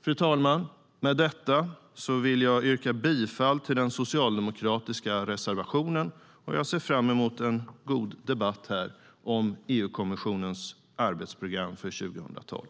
Fru talman! Med detta yrkar jag bifall till den socialdemokratiska reservationen. Jag ser fram emot en god debatt om EU-kommissionens arbetsprogram för 2012.